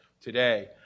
today